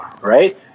right